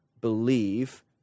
believe